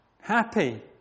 happy